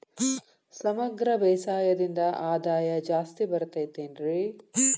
ಸಮಗ್ರ ಬೇಸಾಯದಿಂದ ಆದಾಯ ಜಾಸ್ತಿ ಬರತೈತೇನ್ರಿ?